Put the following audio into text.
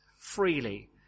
freely